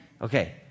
Okay